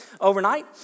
overnight